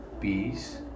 peace